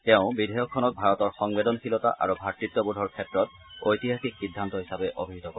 তেওঁ বিধেয়কখনক ভাৰতৰ সংবেদনশীলতা আৰু ভাতৃত্ববোধৰ ক্ষেত্ৰত ঐতিহাসিক সিদ্ধান্ত হিচাপে অভিহিত কৰে